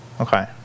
Okay